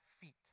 feet